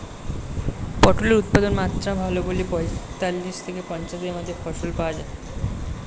পটলের উৎপাদনমাত্রা ভালো বলে পঁয়তাল্লিশ থেকে পঞ্চাশ দিনের মধ্যে ফসল পাওয়া যায়